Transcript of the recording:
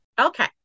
Okay